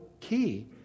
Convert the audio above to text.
key